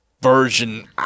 version